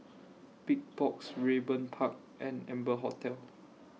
Big Box Raeburn Park and Amber Hotel